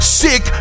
sick